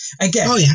again